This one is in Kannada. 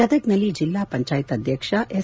ಗದಗ್ನಲ್ಲಿ ಜಿಲ್ಲಾ ಪಂಚಾಯತ್ ಅಧ್ಯಕ್ಷ ಎಸ್